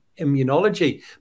immunology